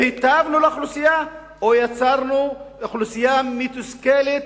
האם היטבנו עם האוכלוסייה או יצרנו אוכלוסייה מתוסכלת,